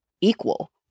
equal